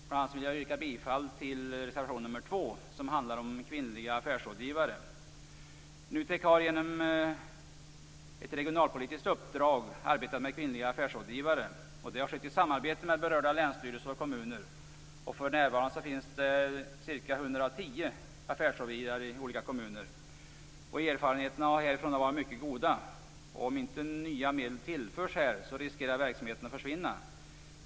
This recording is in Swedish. Bl.a. vill jag yrka bifall till reservation nr 2 som handlar om kvinnliga affärsrådgivare. NUTEK har genom ett regionalpolitiskt uppdrag arbetat med kvinnliga affärsrådgivare. Det har skett i samarbete med berörda länsstyrelser och kommuner. För närvarande finns det ca 110 affärsrådgivare i olika kommuner. Erfarenheterna har varit mycket goda. Om inte nya medel tillförs riskerar verksamheten att försvinna.